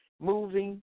moving